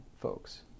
folks